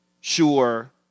sure